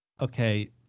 Okay